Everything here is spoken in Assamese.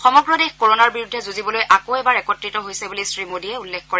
সমগ্ৰ দেশ কৰণাৰ বিৰুদ্ধে যুঁজিবলৈ আকৌ এবাৰ একত্ৰিত হৈছে বুলি শ্ৰীমোদীয়ে উল্লেখ কৰে